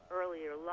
earlier